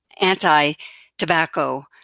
anti-tobacco